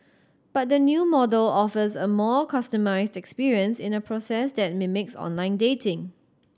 but the new model offers a more customised experience in a process that mimics online dating